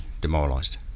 demoralised